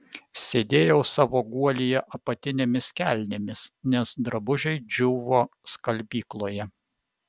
sėdėjau savo guolyje apatinėmis kelnėmis nes drabužiai džiūvo skalbykloje